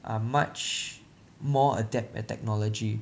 are much more adept at technology